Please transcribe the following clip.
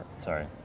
Sorry